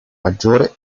maggiore